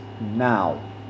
now